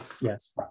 Yes